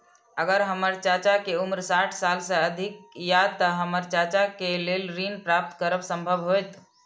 अगर हमर चाचा के उम्र साठ साल से अधिक या ते हमर चाचा के लेल ऋण प्राप्त करब संभव होएत?